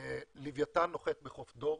לווייתן נוחת בחוף דור,